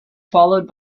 followed